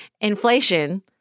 inflation